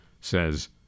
says